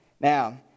Now